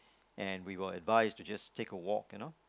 and we were advised to just take a walk you know